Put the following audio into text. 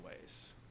ways